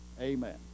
amen